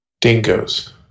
Dingoes